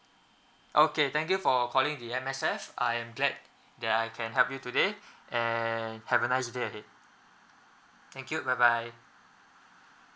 okay thank you for calling the M_S_F I'm glad that I can help you today and have a nice day ahead thank you bye bye